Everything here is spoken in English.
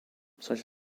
such